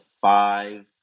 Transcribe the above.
five